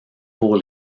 pour